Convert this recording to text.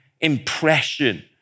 impression